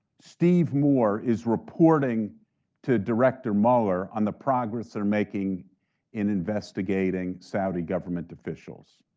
steve moore is reporting to director mueller on the progress they're making in investigating saudi government officials.